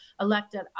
elected